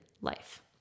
life